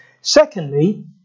Secondly